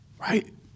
right